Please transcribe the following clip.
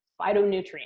phytonutrients